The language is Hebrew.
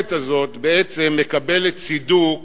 היכולת הזאת בעצם מקבלת צידוק